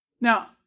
Now